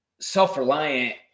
self-reliant